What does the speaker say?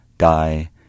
die